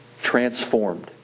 transformed